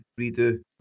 redo